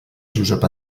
josep